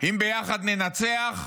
אם ביחד ננצח,